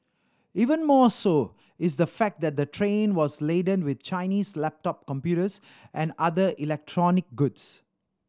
even more so is the fact that the train was laden with Chinese laptop computers and other electronic goods